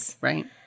Right